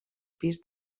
pis